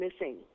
missing